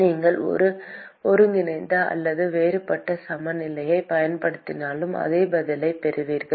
நீங்கள் ஒரு ஒருங்கிணைந்த அல்லது வேறுபட்ட சமநிலையைப் பயன்படுத்தினாலும் அதே பதிலைப் பெறுவீர்கள்